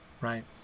right